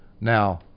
Now